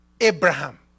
Abraham